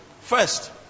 First